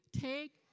Take